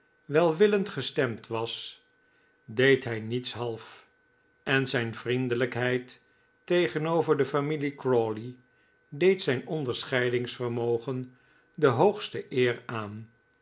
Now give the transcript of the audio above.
welwillend gestemd was deed hij niets half en zijn vriendelijkp a p heid tegenover de familie crawley deed zijn onderscheidingsvermogen de p j hoogste eer aan